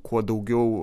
kuo daugiau